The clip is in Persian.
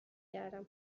گردم